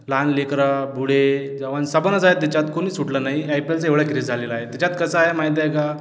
लहान लेकरं बुढे जवान सबनच आहे त्याच्यात कोणीच सुटलं नाही आय पी एलचा एवढा क्रेझ झालेला आहे त्याच्यात कसा आहे माहीत आहे का